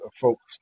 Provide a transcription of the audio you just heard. folks